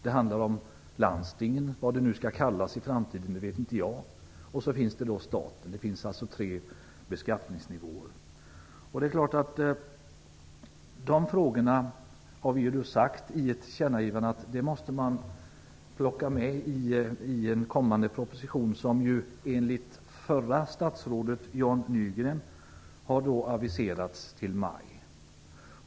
Det handlar om landstingen, eller vad de nu skall kallas i framtiden - det vet inte jag. Så finns det staten. Det finns alltså tre beskattningsnivåer. Vi har i ett tillkännagivande sagt att man måste plocka med de frågorna i en kommande proposition, som förra statsrådet Jan Nygren har aviserat till maj.